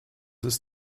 ist